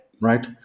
right